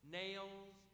nails